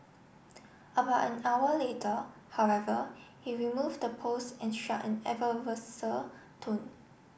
about an hour later however he removed the post and struck an adversarial tone